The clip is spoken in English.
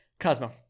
Cosmo